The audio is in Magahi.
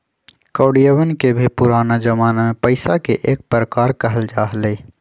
कौडियवन के भी पुराना जमाना में पैसा के एक प्रकार कहल जा हलय